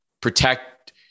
protect